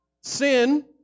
sin